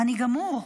אני גמור.